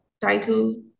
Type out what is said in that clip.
title